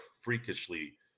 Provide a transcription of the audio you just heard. freakishly